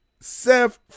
Seth